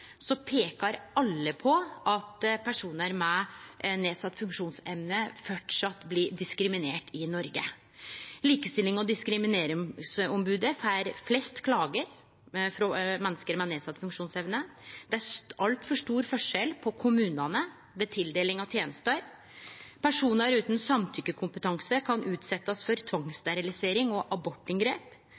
peikar alle på at personar med nedsett funksjonsevne framleis blir diskriminerte i Noreg. Likestillings- og diskrimineringsombodet får flest klager frå menneske med nedsett funksjonsevne. Det er altfor stor forskjell på kommunane ved tildeling av tenester. Personar utan samtykkekompetanse kan utsetjast for tvangssterilisering og abortinngrep.